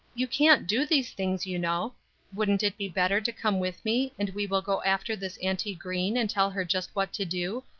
you can't do these things, you know wouldn't it be better to come with me, and we will go after this auntie green and tell her just what to do,